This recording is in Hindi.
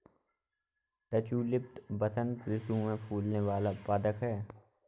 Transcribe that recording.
ट्यूलिप बसंत ऋतु में फूलने वाला पदक है